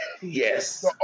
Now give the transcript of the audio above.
Yes